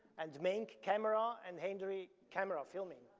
and manc, camera and henry, camera filming.